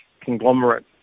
conglomerate